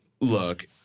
look